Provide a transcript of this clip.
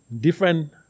Different